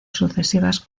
sucesivas